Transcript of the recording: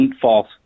False